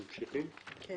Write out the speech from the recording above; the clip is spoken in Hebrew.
"(3)